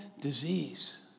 disease